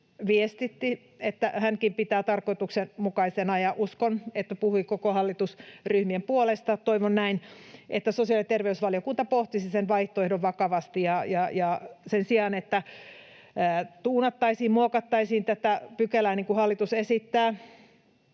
viestitti, että hänkin pitää kumoamista tarkoituksenmukaisena, ja uskon, että hän puhui kaikkien hallitusryhmien puolesta. Toivon näin, että sosiaali- ja terveysvaliokunta pohtisi sen vaihtoehdon vakavasti, ja sen sijaan, että tuunattaisiin, muokattaisiin tätä pykälää niin kuin hallitus esittää